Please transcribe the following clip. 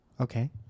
Okay